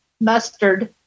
mustard